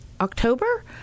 october